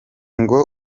ngo